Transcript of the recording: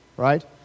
right